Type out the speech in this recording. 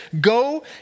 Go